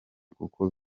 kuko